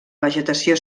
vegetació